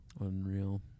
Unreal